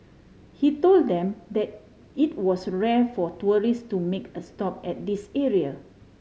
he told them that it was rare for tourist to make a stop at this area